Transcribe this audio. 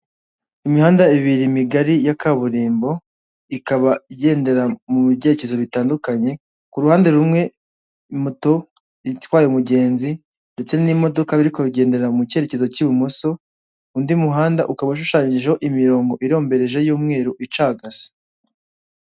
Imihanda ibiri imigari ya kaburimbo, ikaba igendera mu byerekezo bitandukanye, ku ruhande rumwe moto itwaye umugenzi ndetse n'imodoka, biri kugendera mu cyerekezo cy'ibumoso, undi muhanda ukaba ushushanyijeho imirongo irombereje y'umweru icagase.